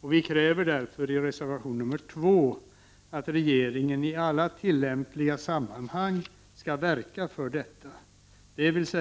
Och vi kräver i reservation 2 att regeringen i alla tillämpliga sammanhang skall verka för detta, dvs.